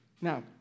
Now